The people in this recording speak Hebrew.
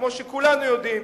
כמו שכולנו יודעים,